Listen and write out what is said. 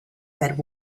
said